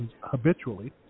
habitually